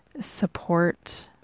support